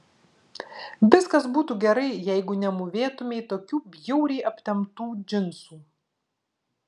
viskas būtų gerai jeigu nemūvėtumei tokių bjauriai aptemptų džinsų